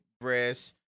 breasts